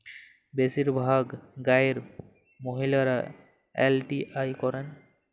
বেশিরভাগ গাঁয়ের মহিলারা এল.টি.আই করেন